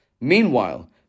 Meanwhile